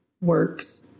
works